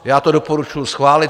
Já to doporučuji schválit.